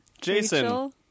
Jason